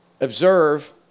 observe